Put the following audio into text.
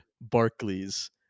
Barclays